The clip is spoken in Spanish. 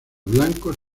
blancos